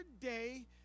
day